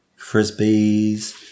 frisbees